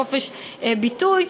בחופש ביטוי,